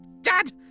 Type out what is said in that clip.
Dad